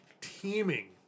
teeming